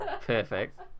perfect